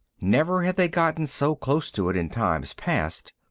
never had they gotten so close to it in times past.